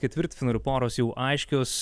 ketvirtfinalių poros jau aiškios